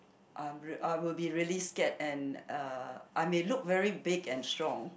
I I will be really scared and uh I may look very big and strong